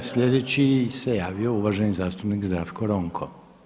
Sljedeći se javio uvaženi zastupnik Zdravko Ronko.